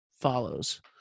follows